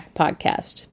podcast